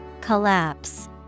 Collapse